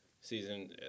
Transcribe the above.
season